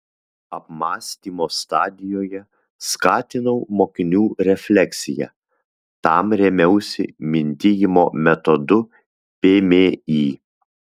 apmąstymo stadijoje skatinau mokinių refleksiją tam rėmiausi mintijimo metodu pmį